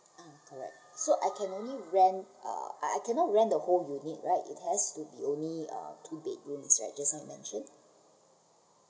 um correct so I can only rent uh I I cannot rent the whole unit right it has to be only uh two bedrooms right just now you mentioned